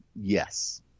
yes